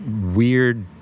weird